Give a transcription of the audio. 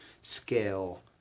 scale